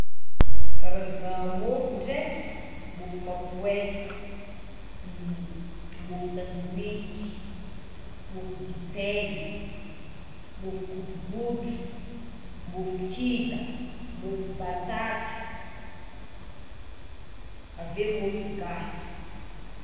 Karazana môfo ndraiky: môfo mapoesa, môfo sandwitch, môfo dipegny, môfo godrogodro, môfo kida, môfo batata, aveo môfo gasy.